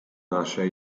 nasze